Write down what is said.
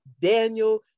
Daniel